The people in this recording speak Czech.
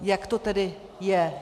Jak to tedy je?